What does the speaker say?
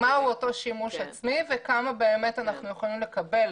מהו אותו שימוש עצמי, וכמה אנחנו יכולים לקבל